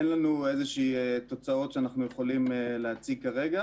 אין לנו איזה שהן תוצאות שאנחנו יכולים להציג כרגע.